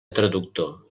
traductor